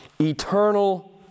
eternal